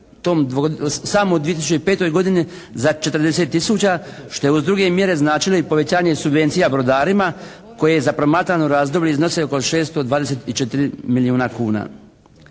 samo u 2005. godini za 40 tisuća, što je uz druge mjere značilo i povećanje subvencija brodarima koje je promatrano razdoblje iznose oko 624 milijuna kuna.